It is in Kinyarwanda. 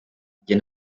njyewe